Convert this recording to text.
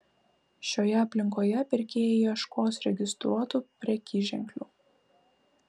šioje aplinkoje pirkėjai ieškos registruotų prekyženklių